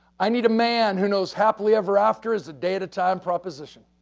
i need a man who knows happily ever after is a day at a time proposition.